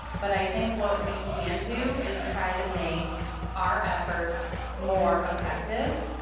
but i think what we can do is try to make our efforts more effective,